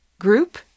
group